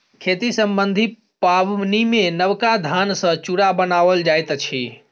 खेती सम्बन्धी पाबनिमे नबका धान सॅ चूड़ा बनाओल जाइत अछि